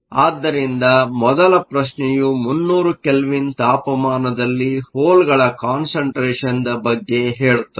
ಆದ್ದರಿಂದ ಮೊದಲ ಪ್ರಶ್ನೆಯು 300 ಕೆಲ್ವಿನ್ ತಾಪಮಾನದಲ್ಲಿ ಹೋಲ್ಗಳ ಕಾನ್ಸಂಟ್ರೇಷನ್ ಬಗ್ಗೆ ಹೇಳುತ್ತದೆ